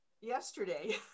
yesterday